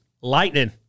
lightning